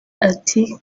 ati